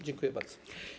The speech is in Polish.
Dziękuję bardzo.